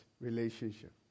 relationship